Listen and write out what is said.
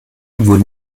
wurden